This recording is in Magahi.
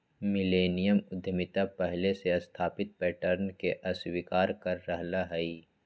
मिलेनियम उद्यमिता पहिले से स्थापित पैटर्न के अस्वीकार कर रहल हइ